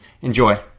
Enjoy